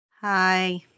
Hi